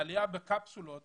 העלייה בקפסולות